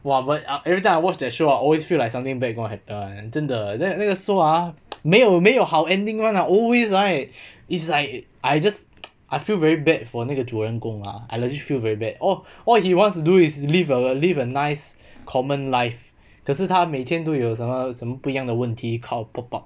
!wah! but every time I watch that show I always feel like something bad going to happen 真的 then 那个 soul ah 没有没有好 ending [one] ah always right is like I just I feel very bad for 那个主人公 lah I legit feel very bad all all he wants to do is live a live a nice common life 可是他每天都有什么什么不一样的问题 kind of pop up